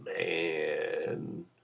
Man